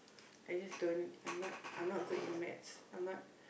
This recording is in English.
I just don't I'm not I'm not good in math I'm not